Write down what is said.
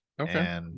Okay